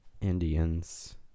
Indians